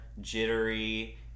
jittery